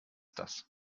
das